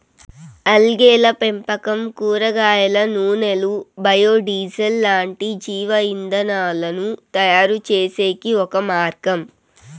ఆల్గేల పెంపకం కూరగాయల నూనెలు, బయో డీజిల్ లాంటి జీవ ఇంధనాలను తయారుచేసేకి ఒక మార్గం